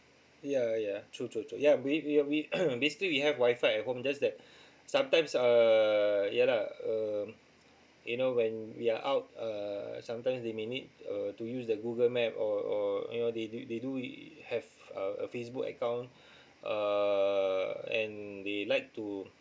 yeah yeah true true true yeah we we we basically we have wifi at home just that sometimes err ya lah um you know when we are out uh sometimes they may need uh to use the Google map or or you know they do they do have a a Facebook account err and they like to